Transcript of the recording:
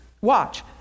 watch